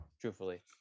truthfully